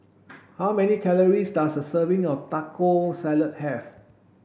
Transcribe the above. how many calories does a serving of Taco Salad have